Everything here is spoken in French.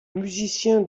musicien